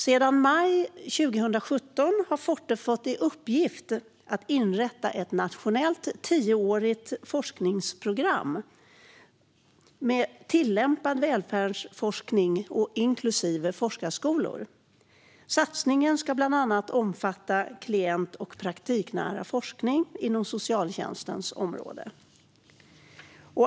Sedan maj 2017 har Forte i uppgift att inrätta ett nationellt tioårigt forskningsprogram med tillämpad välfärdsforskning, inklusive forskarskolor. Satsningen ska bland annat omfatta klient och praktiknära forskning inom socialtjänstens område.